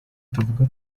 tuvuga